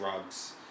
drugs